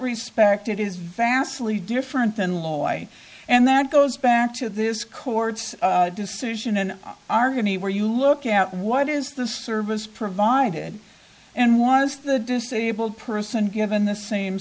respect it is vastly different than low light and that goes back to this court's decision and are anywhere you look at what is the service provided and was the disabled person given the same